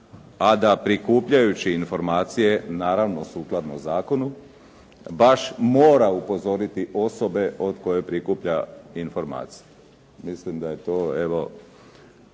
a da prikupljajući informacije, naravno sukladno zakonu baš mora upozoriti osobe od koje prikuplja informacije.